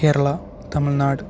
Kerala Tamil Nadu